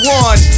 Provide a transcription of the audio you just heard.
one